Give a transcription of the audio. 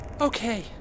Okay